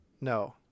No